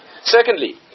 Secondly